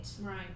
Right